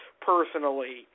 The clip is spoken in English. personally